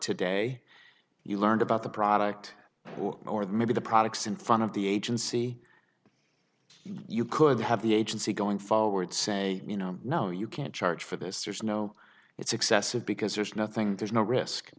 today you learned about the product or the maybe the products in front of the agency you could have the agency going forward say you know no you can't charge for this there's no it's excessive because there's nothing there is no risk